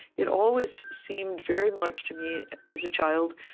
it always seemed very much, to me as a child,